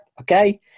okay